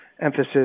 emphasis